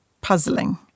puzzling